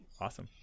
Awesome